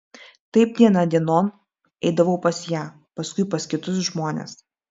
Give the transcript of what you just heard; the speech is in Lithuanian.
taip diena dienon eidavau pas ją paskui pas kitus žmones